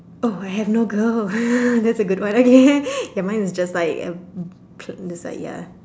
oh I have no girl that's a good one okay ya mine was just like a uh pl~ just like ya